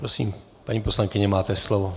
Prosím, paní poslankyně, máte slovo.